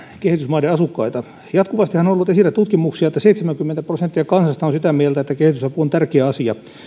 kehitysmaiden asukkaita jatkuvastihan on ollut esillä tutkimuksia että seitsemänkymmentä prosenttia kansasta on sitä mieltä että kehitysapu on tärkeä asia